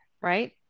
right